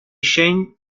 jean